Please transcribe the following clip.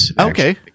Okay